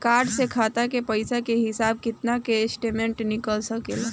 Card से खाता के पइसा के हिसाब किताब के स्टेटमेंट निकल सकेलऽ?